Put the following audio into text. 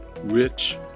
rich